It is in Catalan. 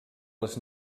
les